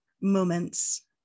moments